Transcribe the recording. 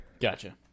Gotcha